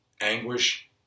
anguish